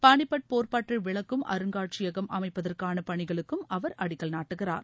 பாளிபட் போர் பற்றி விளக்கும் அருங்காட்சியகம் அமைப்பதற்கான பணிகளுக்கும் அவா அடிக்கல் நாட்டுகிறார்